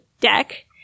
deck